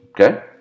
okay